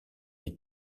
est